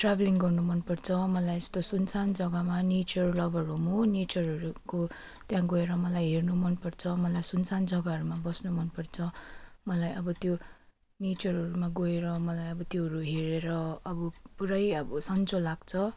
travelling गर्नु मनपर्छ मलाई यस्तो सुनसान जग्गामा नेचर लभर हो म नेचरहरूको त्यहाँ गएर मलाई हेर्नु मनपर्छ मलाई सुनसान जग्गाहरूमा बस्नु मनपर्छ मलाई अब त्यो नेचरहरूमा गएर मलाई अब त्योहरू हेरेर अब पुरै अब सन्चो लाग्छ